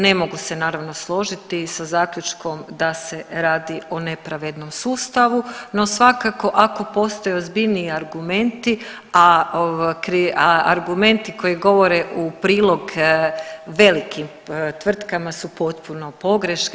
Ne mogu se naravno složiti sa zaključkom da se radi o nepravednom sustavu, no svakako ako postoje ozbiljniji argumenti, a argumenti koji govore u prilog velikim tvrtkama su potpune pogreške.